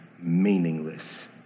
meaningless